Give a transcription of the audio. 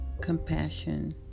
compassion